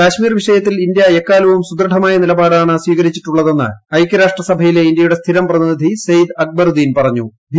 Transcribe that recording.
കാശ്മീർ വിഷയത്തിൽ ഇന്ത്യ എക്കാലവും സുദ്യഢമായ നിലപാടാണ് സ്വീകരിച്ചിട്ടുള്ളതെന്ന് ഐക്യരാഷ്ട്ര സ്ട്ട്രിയിലെ ഇന്ത്യയുടെ സ്ഥിരം പ്രതിനിധി സെയ്ദ് അക്ബറുദ്ദീൻ പ്ലാണ്ഞ്തിു